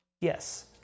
Yes